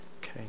okay